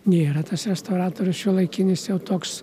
nėra tas restauratorius šiuolaikinis jau toks